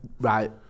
right